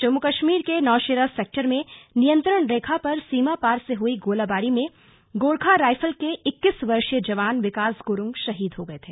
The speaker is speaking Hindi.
जम्मू कश्मीर के नौशेरा सेक्टर में नियंत्रण रेखा पर सीमा पार से हुई गोलीबारी में गोरखा राइफल के जवान विकास गुरूंग शहीद हो गए थे